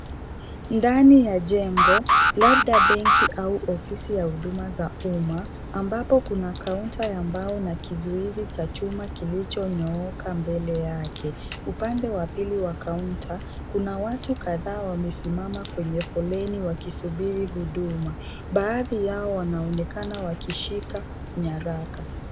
Ndani ya jengo, labda benki au ofisi ya huduma za umma, ambapo kuna counter ya mbao na kizuizi cha chuma kilichonyooka mbele yake. Upande wa pili wa kaunta, kuna watu kadhaa wamesimama kwenye foleni wakisubiri huduma. Baadhi yao wanaonekana wakishika nyaraka.